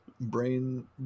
brain